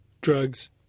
drugs